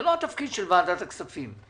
זה לא התפקיד של ועדת הכספים.